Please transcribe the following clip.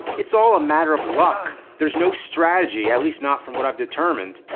it's all a matter of luck. there's no strategy, at least not from what i've determined.